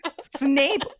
Snape